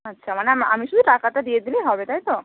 আচ্ছা মানে আমি শুধু টাকাটা দিয়ে দিলে হবে তাই তো